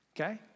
Okay